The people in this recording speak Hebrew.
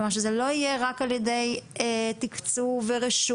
כלומר שזה לא יהיה רק בתקצוב ורשות.